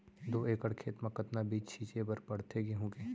दो एकड़ खेत म कतना बीज छिंचे बर पड़थे गेहूँ के?